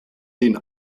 den